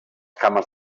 cames